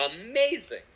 amazing